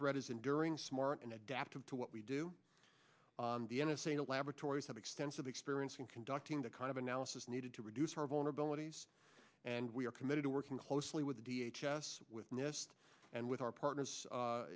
threat is enduring smart and adaptive to what we do the n s a the laboratories have extensive experience in conducting the kind of analysis needed to reduce our vulnerabilities and we are committed to working closely with the d h s s with nist and with our partners